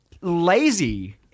lazy